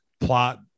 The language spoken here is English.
plot